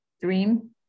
dream